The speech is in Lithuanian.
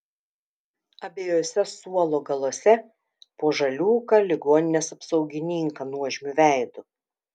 abiejuose suolo galuose po žaliūką ligoninės apsaugininką nuožmiu veidu